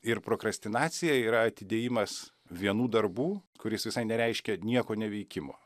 ir prokrastinacija yra atidėjimas vienų darbų kuris visai nereiškia nieko neveikimo